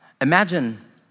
Imagine